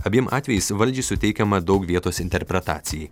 abiem atvejais valdžiai suteikiama daug vietos interpretacijai